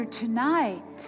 tonight